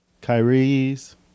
Kyrie's